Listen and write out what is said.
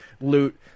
loot